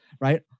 right